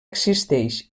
existeix